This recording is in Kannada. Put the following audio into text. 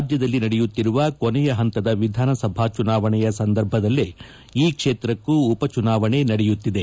ರಾಜ್ಯದಲ್ಲಿ ನಡೆಯುತ್ತಿರುವ ಕೊನೆಯ ಪಂತದ ವಿಧಾನಸಭಾ ಚುನಾವಣೆಯ ಸಂದರ್ಭದಲ್ಲೇ ಈ ಕ್ಷೇತ್ರಕ್ಕೂ ಉಪ ಚುನಾವಣೆ ನಡೆಯುತ್ತಿದೆ